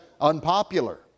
Unpopular